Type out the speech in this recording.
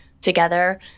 together